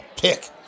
pick